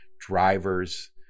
Drivers